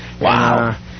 Wow